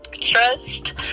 Trust